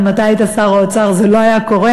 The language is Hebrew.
אם אתה היית שר האוצר זה לא היה קורה.